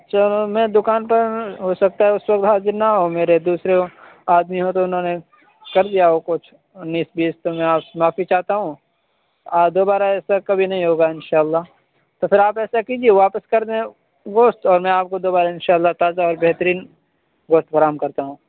چلو میں دکان پر ہو سکتا ہے اس وقت آدمی نہ ہو میرے دوسرے ہوں آدمی ہو تو انہوں نے کر دیا ہو کچھ انیس بیس تو میں آپ سے معافی چاہتا ہوں دوبارہ ایسا کبھی ںہیں ہوگا ان شاء اللہ تو پھر آپ ایسا کیجیے واپس کر دیں گوشت تو میں آپ کو دوبارہ ان شاء اللہ تازہ اور بہترین گوشت فراہم کرتا ہوں